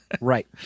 Right